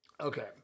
Okay